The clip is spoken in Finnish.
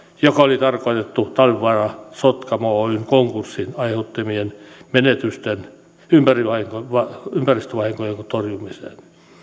joka oli tarkoitettu talvivaara sotkamo oyn konkurssin aiheuttamien menetysten ympäristövahinkojen torjumiseen